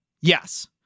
Yes